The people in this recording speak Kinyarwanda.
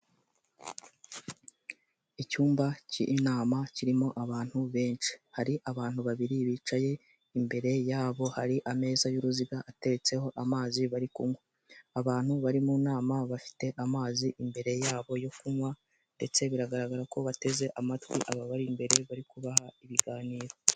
Icyumba cy'inama kirimo abantu benshi, hari abantu babiri bicaye imbere yabo hari ameza y'uruziga ateretseho amazi bari kunywa, abantu bari mu nama bafite amazi imbere yabo yo kunywa ndetse biragaragara ko bateze amatwi aba bari imbere bari kubaha ibiganiro.